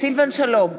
סילבן שלום,